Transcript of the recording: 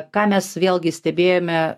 ką mes vėlgi stebėjome